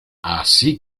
así